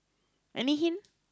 any hint